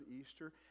Easter